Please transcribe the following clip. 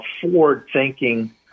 forward-thinking